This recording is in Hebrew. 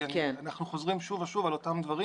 כי אנחנו חוזרים שוב ושוב על אותם דברים